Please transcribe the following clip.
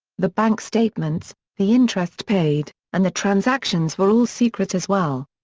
the bank statements, the interest paid, and the transactions were all secret as well.